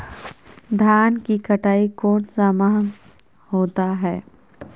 धान की कटाई कौन सा माह होता है?